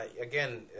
again